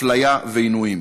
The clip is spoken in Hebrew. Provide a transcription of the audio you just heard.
אפליה ועינויים.